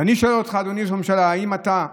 ואני שואל אותך, אדוני ראש הממשלה, אם אתה,